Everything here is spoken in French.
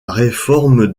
réforme